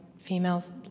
Females